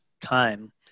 time